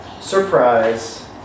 surprise